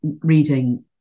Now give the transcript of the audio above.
reading